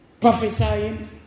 prophesying